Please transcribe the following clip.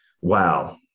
Wow